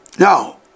Now